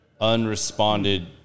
unresponded